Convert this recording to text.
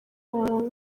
muhango